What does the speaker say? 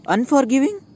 Unforgiving